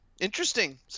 interesting